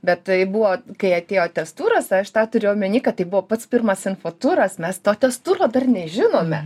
bet tai buvo kai atėjo testuras aš tą turiu omeny kad tai buvo pats pirmas info turas mes to testuro dar nežinome